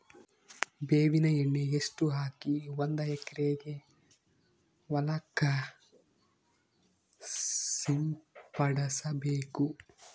ಬೇವಿನ ಎಣ್ಣೆ ಎಷ್ಟು ಹಾಕಿ ಒಂದ ಎಕರೆಗೆ ಹೊಳಕ್ಕ ಸಿಂಪಡಸಬೇಕು?